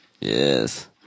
Yes